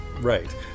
Right